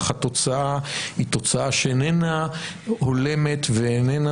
אך התוצאה היא תוצאה שאיננה הולמת ואיננה